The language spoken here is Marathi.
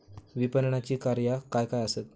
विपणनाची कार्या काय काय आसत?